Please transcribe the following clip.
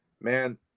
man